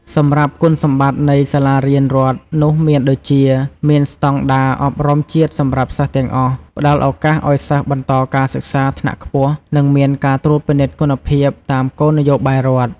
សម្រាប់គុណសម្បត្តិនៃសាលារៀនរដ្ឋនោះមានដូចជា មានស្តង់ដារអប់រំជាតិសម្រាប់សិស្សទាំងអស់ ផ្ដល់ឱកាសឲ្យសិស្សបន្តការសិក្សាថ្នាក់ខ្ពស់ និងមានការត្រួតពិនិត្យគុណភាពតាមគោលនយោបាយរដ្ឋ។